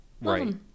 right